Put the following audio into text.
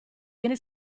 viene